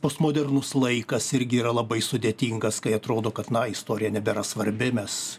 postmodernus laikas irgi yra labai sudėtingas kai atrodo kad na istorija nebėra svarbi mes